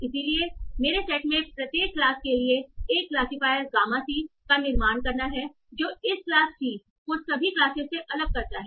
इसलिए मेरे सेट में प्रत्येक क्लास के लिए एक क्लासिफायरियर गामा C का निर्माण करना है जो इस क्लासC को सभी क्लासेस से अलग करता है